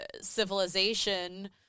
civilization